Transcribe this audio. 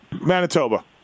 Manitoba